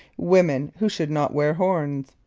women who should not wear horns.